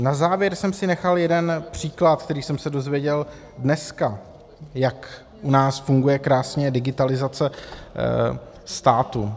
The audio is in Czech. Na závěr jsem si nechal jeden příklad, který jsem se dozvěděl dneska, jak u nás funguje krásně digitalizace státu.